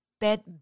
Bed